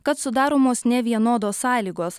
kad sudaromos nevienodos sąlygos